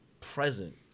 present